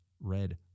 red